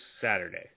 Saturday